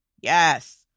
Yes